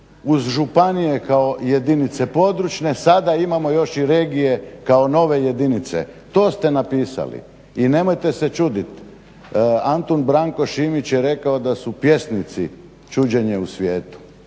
uz županije kao jedinice područne sada imamo još i regije kao nove jedinice. To ste napisali. I nemojte se čudit, Antun Branko Šimić je rekao da su pjesnici čuđenje u svijetu,